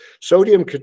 sodium